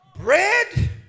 bread